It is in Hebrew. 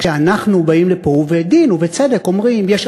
כשאנחנו באים לפה ובדין ובצדק אומרים: יש